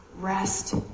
rest